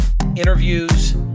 interviews